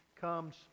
comes